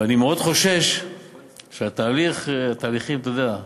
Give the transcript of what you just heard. ואני מאוד חושש שהתהליכים, אתה יודע,